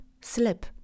slip